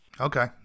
Okay